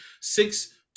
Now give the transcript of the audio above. six